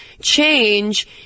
change